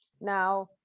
Now